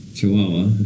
Chihuahua